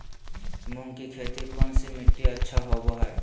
मूंग की खेती कौन सी मिट्टी अच्छा होबो हाय?